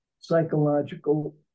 psychological